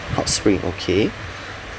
hot spring okay